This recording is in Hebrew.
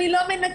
אני לא מנכרת.